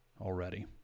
already